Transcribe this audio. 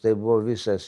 tai buvo visas